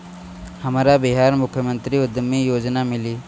हमरा बिहार मुख्यमंत्री उद्यमी योजना मिली?